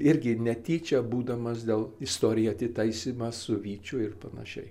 irgi netyčia būdamas dėl istoriją atitaisymą su vyčiu ir panašiai